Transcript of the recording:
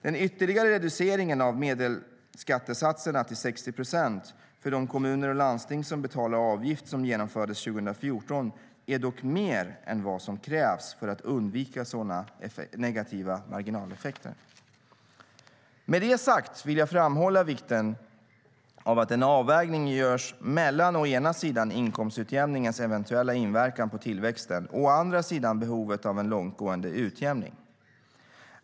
Den ytterligare reducering av medelskattesatserna till 60 procent för de kommuner och landsting som betalar avgift, som genomfördes 2014, är dock mer än vad som krävs för att undvika sådana negativa marginaleffekter. Med det sagt vill jag framhålla vikten av att en avvägning görs mellan å ena sidan inkomstutjämningens eventuella inverkan på tillväxten och å andra sidan behovet av en långtgående utjämning.